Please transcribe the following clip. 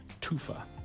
tufa